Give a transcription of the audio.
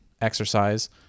exercise